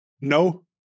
No